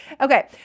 Okay